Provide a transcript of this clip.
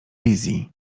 wizji